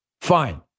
Fine